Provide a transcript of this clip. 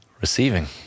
Receiving